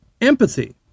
empathy